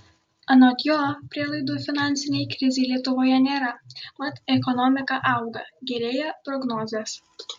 anot jo prielaidų finansinei krizei lietuvoje nėra mat ekonomika auga gerėja prognozės